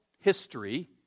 history